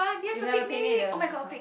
you have a picnic at the pa~ park